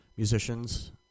Musicians